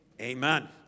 Amen